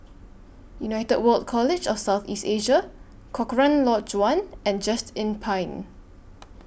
United World College of South East Asia Cochrane Lodge one and Just Inn Pine